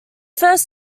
first